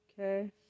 Okay